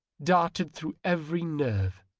darted through every nerve.